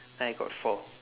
I got four